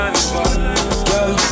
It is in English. Girl